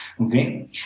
Okay